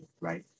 right